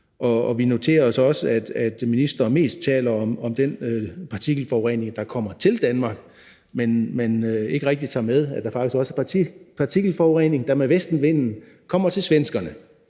Vi noterer os også, at ministeren mest taler om den partikelforurening, der kommer til Danmark, men ikke rigtig tager med, at der faktisk også er partikelforurening, der med vestenvinden kommer til svenskerne.